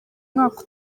mwaka